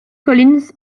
collins